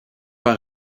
pas